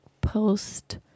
post